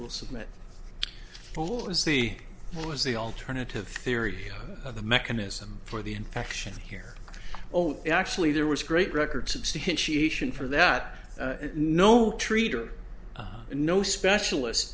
will submit full is the what was the alternative theory of the mechanism for the infection here oh actually there was great record substantiation for that no treater no specialist